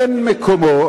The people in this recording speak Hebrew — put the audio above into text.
אין מקומו.